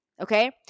Okay